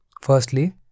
firstly